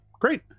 great